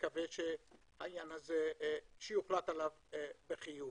ומקווה שיוחלט על העניין בחיוב.